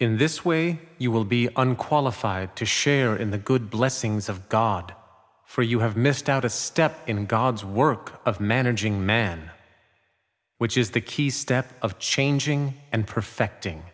in this way you will be unqualified to share in the good blessings of god for you have missed out a step in god's work of managing man which is the key step of changing and perfecting